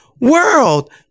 world